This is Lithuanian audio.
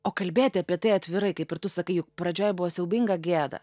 o kalbėti apie tai atvirai kaip ir tu sakai pradžioj buvo siaubinga gėda